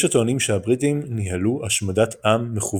יש הטוענים שהבריטים ניהלו "השמדת עם" מכוונת,